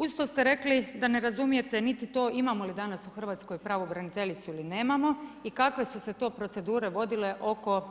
Uz to ste rekli da ne razumijete niti to imamo li danas u Hrvatskoj pravobraniteljicu ili nemamo i kakve su se to procedure vodile oko